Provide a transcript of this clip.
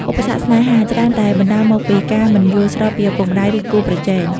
ឧបសគ្គស្នេហា ច្រើនតែបណ្តាលមកពីការមិនយល់ស្របពីឪពុកម្តាយឬគូប្រជែង។